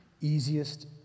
easiest